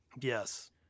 yes